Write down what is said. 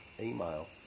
email